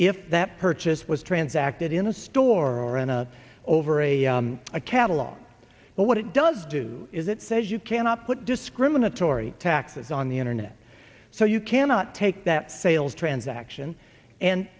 if that purchase was transacted in a store or in a over a catalog but what it does do is it says you cannot put discriminatory taxes on the internet so you cannot take that sales transaction and